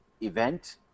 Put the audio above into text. event